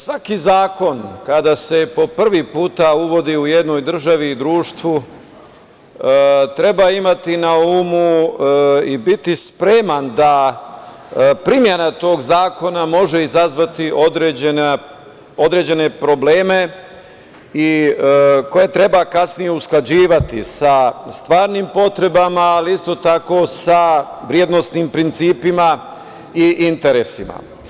Svaki zakon kada se po prvi put uvodi u jednoj državi i društvu, treba imati na umu i biti spreman da primena tog zakona može izazvati određene probleme, koje treba kasnije usklađivati sa stvarim potrebama, ali isto tako i sa vrednosnim principima i interesima.